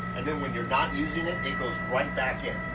and then when you're not using it it goes right back in.